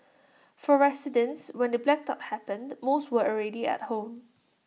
for residents when the blackout happened most were already at home